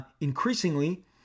increasingly